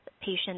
patient